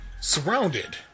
Surrounded